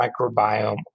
microbiome